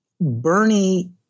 Bernie